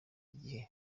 igihe